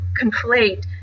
conflate